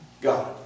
God